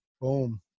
Boom